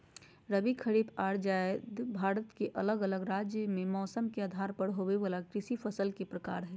रबी, खरीफ आर जायद भारत के अलग अलग राज्य मे मौसम के आधार पर होवे वला कृषि फसल के प्रकार हय